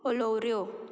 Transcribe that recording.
अलोऱ्यो